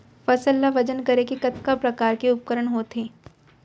फसल ला वजन करे के कतका प्रकार के उपकरण होथे?